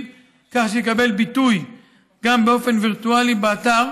כך שיקבל ביטוי גם באופן וירטואלי באתר